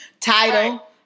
Title